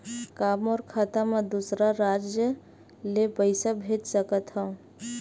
का मोर खाता म दूसरा राज्य ले पईसा भेज सकथव?